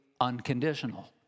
unconditional